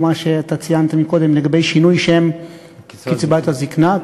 הוא מה שאתה ציינת קודם לגבי שינוי השם קצבת זיקנה.